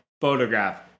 photograph